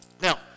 Now